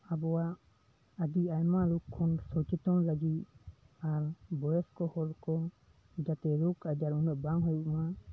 ᱟᱵᱚᱣᱟᱜ ᱟᱹᱰᱤ ᱟᱭᱢᱟ ᱨᱳᱜ ᱠᱷᱚᱱ ᱥᱚᱪᱮᱛᱚᱱ ᱞᱟᱹᱜᱤᱫ ᱦᱟᱲᱟᱢ ᱵᱚᱭᱚᱥᱠᱚ ᱦᱚᱲ ᱠᱚ ᱡᱟᱛᱮ ᱨᱳᱜ ᱟᱡᱟᱨ ᱩᱱᱟᱹᱜ ᱵᱟᱝ ᱦᱩᱭᱩᱜ ᱢᱟ